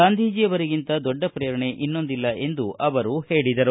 ಗಾಂಧಿಯವರಿಗಿಂತ ದೊಡ್ಡ ಪ್ರೇರಣೆ ಇನ್ನೊಂದಿಲ್ಲ ಎಂದು ಅವರು ಹೇಳಿದರು